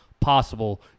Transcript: Possible